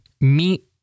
Meet